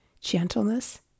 gentleness